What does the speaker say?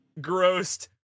grossed